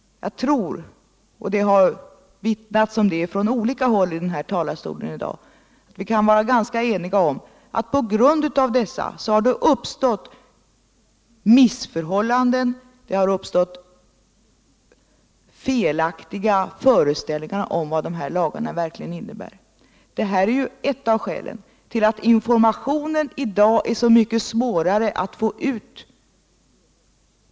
Jag tror — det har vittnats om det från olika håll i den här talarstolen i dag - att vi kan vara ganska eniga om att på grund av dessa kampanjer har det uppstått missförstånd och felaktiga föreställningar om vad de här lagarna egentligen innebär. Det är ett av skälen till att informationen i dag är så mycket svårare att få ut.